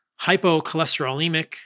hypocholesterolemic